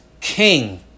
king